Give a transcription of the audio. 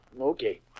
okay